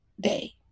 day